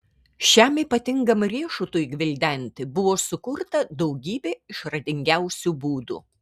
šiam ypatingam riešutui gvildenti buvo sukurta daugybė išradingiausių būdų